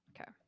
Okay